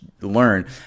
learn